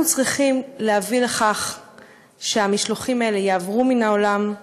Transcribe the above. אנחנו צריכים להביא לכך שהמשלוחים האלה יעברו מן העולם,